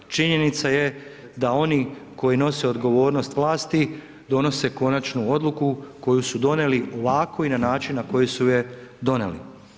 Činjenica je da oni koji nose odgovornost vlasti, donose konačnu odluku koju su doneli lako i na način na koji su je doneli.